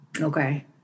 Okay